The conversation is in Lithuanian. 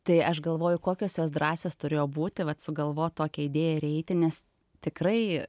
tai aš galvoju kokios jos drąsios turėjo būti vat sugalvot tokią idėją ir eiti nes tikrai